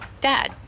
Dad